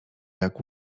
jak